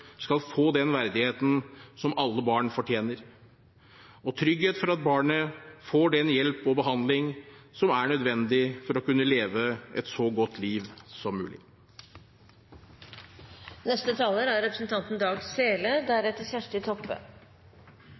skal få den verdigheten som alle barn fortjener, og trygghet for at barnet får den hjelp og behandling som er nødvendig for å kunne leve et så godt liv som mulig. Det er et viktig spørsmål representanten